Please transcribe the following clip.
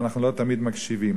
ואנחנו לא תמיד מקשיבים.